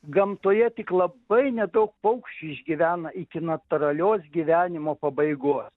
gamtoje tik labai nedaug paukščių išgyvena iki natūralios gyvenimo pabaigos